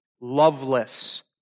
Loveless